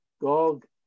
Gog